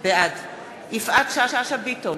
בעד יפעת שאשא ביטון,